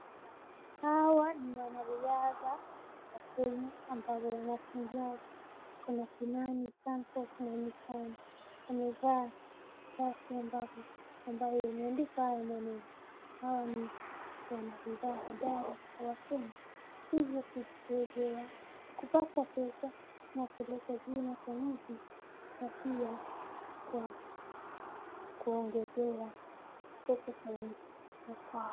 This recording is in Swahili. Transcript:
Hawa ni wanariadha wa Kenya.